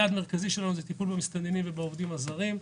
יעד מרכזי שלנו הוא טיפול במסתננים ובעובדים הזרים,